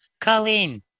Colleen